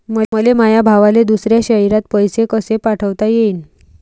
मले माया भावाले दुसऱ्या शयरात पैसे कसे पाठवता येईन?